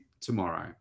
tomorrow